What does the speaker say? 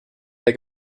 der